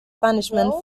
punishment